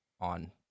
on